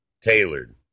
Tailored